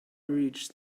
reached